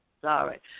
Sorry